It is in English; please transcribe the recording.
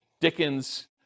Dickens